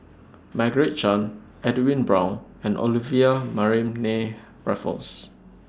Margaret Chan Edwin Brown and Olivia Mariamne Raffles